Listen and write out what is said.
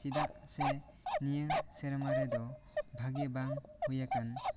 ᱪᱮᱫᱟᱜ ᱥᱮ ᱱᱤᱭᱟᱹ ᱥᱮᱨᱢᱟ ᱨᱮᱫᱚ ᱵᱷᱟᱜᱮ ᱵᱟᱝ ᱦᱩᱭ ᱟᱠᱟᱱ